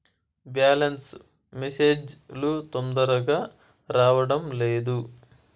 Balance message లు తొందరగా రావడం లేదు?